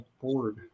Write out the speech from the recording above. board